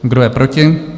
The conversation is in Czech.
Kdo je proti?